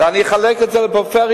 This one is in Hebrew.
אני אחלק את זה לפריפריה,